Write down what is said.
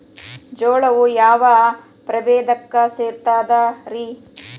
ಜೋಳವು ಯಾವ ಪ್ರಭೇದಕ್ಕ ಸೇರ್ತದ ರೇ?